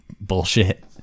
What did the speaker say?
bullshit